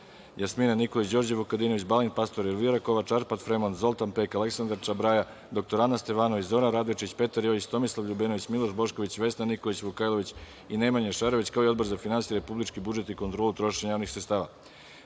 Jasmina Nikolić, Đorđe Vukadinović, Balint Pastor, Elvira Kovač, Arpad Fremond, Zoltan Pek, Aleksandra Čabraja, dr Ana Stevanović, Zoran Radojičić, Petar Jojić, Tomislav LJubenović, Miloš Bošković, Vesna Nikolić Vukajlović i Nemanja Šarović, kao i Odbor za finansije, republički budžet i kontrolu trošenja javnih